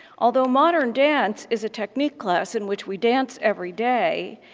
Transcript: although modern dance is a technique class in which we dance every day,